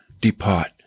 depart